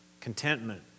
Contentment